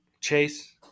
Chase